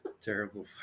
terrible